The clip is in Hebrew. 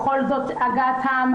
הגעתן,